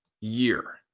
year